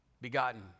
begotten